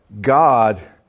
God